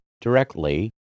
directly